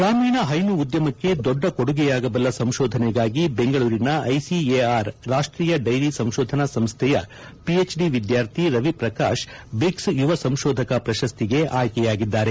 ಗ್ರಾಮೀಣ ಹೈನು ಉದ್ದಮಕ್ಕೆ ದೊಡ್ಡ ಕೊಡುಗೆಯಾಗಬಲ್ಲ ಸಂಶೋಧನೆಗಾಗಿ ದೆಂಗಳೂರಿನ ಐಸಿಎಆರ್ ರಾಷ್ಷೀಯ ಡೈರಿ ಸಂಶೋಧನಾ ಸಂಸ್ಥೆಯ ಪಿಎಚ್ಡಿ ವಿದ್ಯಾರ್ಥಿ ರವಿಪ್ರಕಾಶ್ ಬ್ರಿಕ್ ಯುವ ಸಂಶೋಧಕ ಪ್ರಶಸ್ತಿಗೆ ಆಯ್ಗೆಯಾಗಿದ್ದಾರೆ